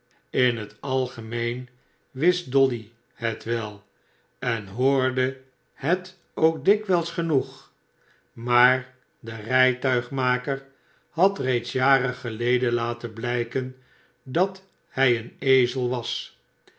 in het algemeen wist dolly het wel en hoorde het ook dikwijls genoeg maar de rijtuigmaker had reeds jaren geleden laten blijken dat hij een ezel was